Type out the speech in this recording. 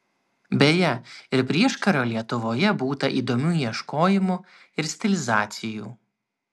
beje ir prieškario lietuvoje būta įdomių ieškojimų ir stilizacijų